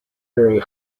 very